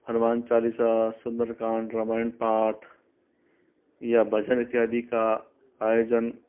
हनुमान चालीसा सुन्दर कांड रामायण पाठ या भजन इत्यादि का आयोजन